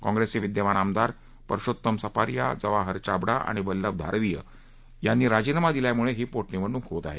काँग्रसेचे विद्यमान आमदार परषोत्तम सपारिया जवाहर चाबडा आणि वल्लभ धारवीय यांनी राजीनामा दिल्यामुळे ही पोटनिवडणूक होत आहे